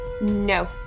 No